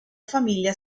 famiglia